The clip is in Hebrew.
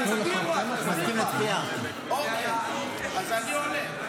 אז אני עולה.